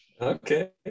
Okay